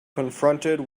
confronted